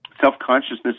self-consciousness